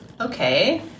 Okay